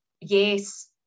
yes